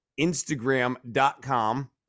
Instagram.com